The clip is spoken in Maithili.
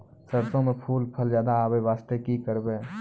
सरसों म फूल फल ज्यादा आबै बास्ते कि करबै?